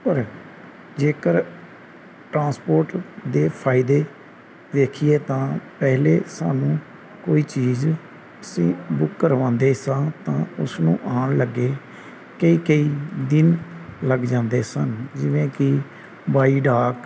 ਪਰ ਜੇਕਰ ਟਰਾਂਸਪੋਰਟ ਦੇ ਫਾਇਦੇ ਵੇਖੀਏ ਤਾਂ ਪਹਿਲੇ ਸਾਨੂੰ ਕੋਈ ਚੀਜ਼ ਅਸੀਂ ਬੁੱਕ ਕਰਵਾਉਂਦੇ ਸਾਂ ਤਾਂ ਉਸ ਨੂੰ ਆਉਣ ਲੱਗੇ ਕਈ ਕਈ ਦਿਨ ਲੱਗ ਜਾਂਦੇ ਸਨ ਜਿਵੇਂ ਕਿ ਬਾਈ ਡਾਕ